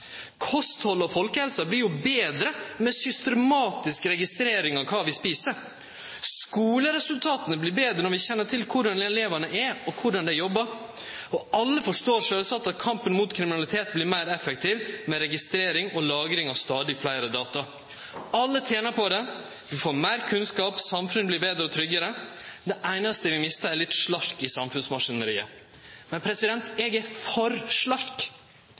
Kosthaldet og folkehelsa vert betre med systematisk registrering av kva vi et. Skuleresultata vert betre når vi kjenner til korleis elevane er, og korleis dei jobbar. Og alle forstår sjølvsagt at kampen mot kriminaliteten vert meir effektiv med registrering og lagring av stadig fleire data. Alle tener på det. Vi får meir kunnskap, samfunnet vert betre og tryggare. Det einaste vi mister, er litt slark i samfunnsmaskineriet. Men eg er for slark.